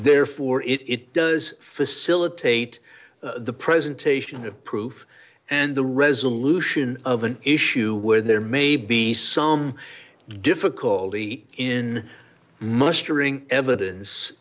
therefore it does facilitate the presentation of proof and the resolution of an issue where there may be some difficulty in mustering evidence